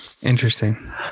Interesting